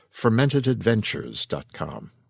fermentedadventures.com